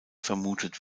vermutet